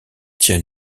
tient